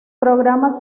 programas